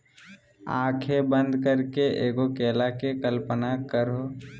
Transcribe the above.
आँखें बंद करके एगो केला के कल्पना करहो